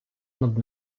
над